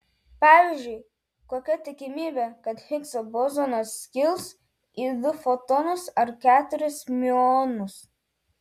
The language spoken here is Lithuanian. pavyzdžiui kokia tikimybė kad higso bozonas skils į du fotonus ar keturis miuonus